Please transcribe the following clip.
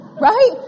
right